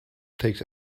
take